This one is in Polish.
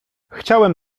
chciałem